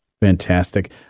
Fantastic